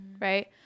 right